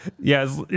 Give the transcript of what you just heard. yes